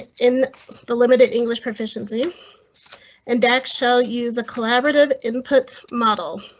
in the limited english proficiency and actual use. the collaborative input model.